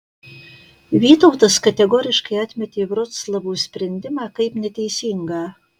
vytautas kategoriškai atmetė vroclavo sprendimą kaip neteisingą